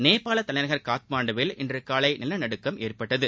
நேபால் தலைநகர் காட்மண்டுவில் இன்று காலை நிலநடுக்கம் ஏற்பட்டது